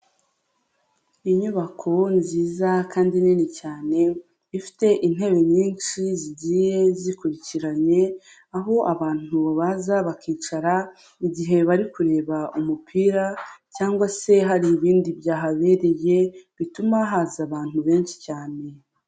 Inyubako nziza kandi nini cyane, ifite intebe nyinshi zigiye zikurikiranye, aho abantu ba baza bakicara igihe bari kureba umupira cyangwa se hari ibindi byahabereye, bituma haza abantu benshi cyane.